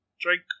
Drink